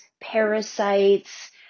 parasites